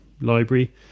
library